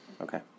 okay